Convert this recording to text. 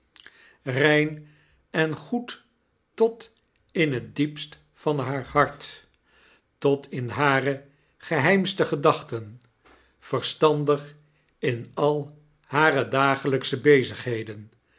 rein en goed tot in het diepst van haar hart tot in hare geheimste gedachten verstandig in al hare dagelyksche bezigheden